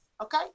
Okay